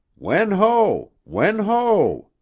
wen ho! wen ho!